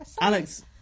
Alex